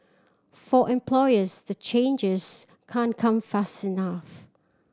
for employers the changes can't come fast enough